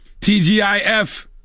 TGIF